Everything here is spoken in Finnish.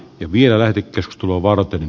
en vielä pitkä tuloa varten